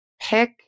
Pick